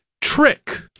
trick